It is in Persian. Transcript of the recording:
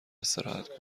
استراحت